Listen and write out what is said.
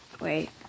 wait